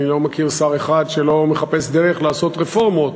אני לא מכיר שר אחד שלא מחפש דרך לעשות רפורמות,